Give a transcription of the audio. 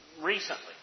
recently